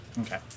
Okay